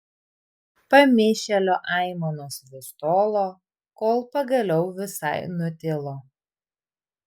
pamišėlio aimanos vis tolo kol pagaliau visai nutilo